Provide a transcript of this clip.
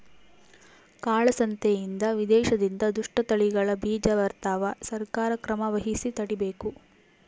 ಕಾಳ ಸಂತೆಯಿಂದ ವಿದೇಶದಿಂದ ದುಷ್ಟ ತಳಿಗಳ ಬೀಜ ಬರ್ತವ ಸರ್ಕಾರ ಕ್ರಮವಹಿಸಿ ತಡೀಬೇಕು